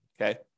okay